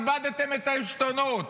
איבדתם את העשתונות.